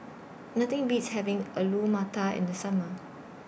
Nothing Beats having Alu Matar in The Summer